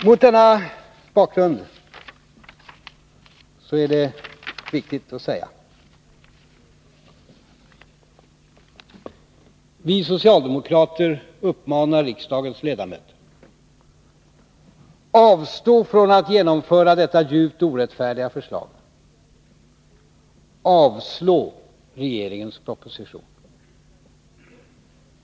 Mot denna bakgrund är det viktigt för oss socialdemokrater att uppmana riksdagens ledamöter: Avstå från att genomföra detta djupt orättfärdiga förslag! Avslå regeringens proposition!